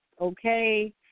okay